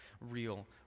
real